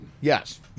yes